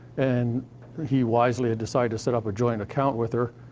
and he wisely had decided to set up a joint account with her,